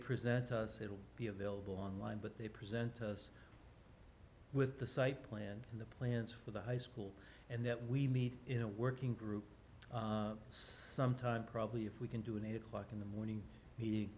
present to us it will be available online but they present us with the site planned in the plans for the high school and that we meet in a working group sometime probably if we can do an eight o'clock in the morning meeting